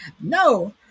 no